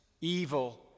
evil